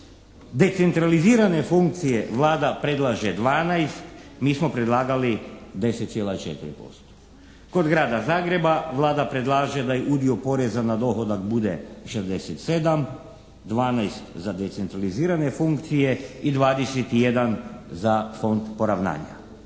decentralizirane funkcije Vlada predlaže 12, mi smo predlagali 10,4%. Kod Grada Zagreba Vlada predlaže da udio poreza na dohodak bude 67, 12 za decentralizirane funkcije i 21 za Fond poravnanja.